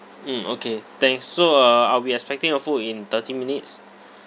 mm okay thanks so uh I'll be expecting the food in thirty minutes